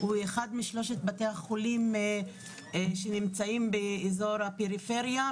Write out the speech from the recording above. הוא אחד משלושת בתי החולים שנמצאים באזור הפריפריה,